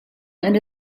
and